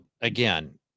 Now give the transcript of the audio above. again